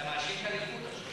אתה מאשים את הליכוד עכשיו.